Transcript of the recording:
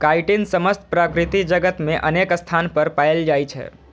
chitin समस्त प्रकृति जगत मे अनेक स्थान पर पाएल जाइ छै